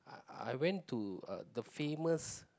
I went to the famous